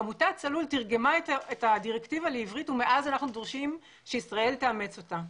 עמותת צלול תרגמה אותה לעברית ומאז אנחנו דורשים שישראל תאמץ אותה.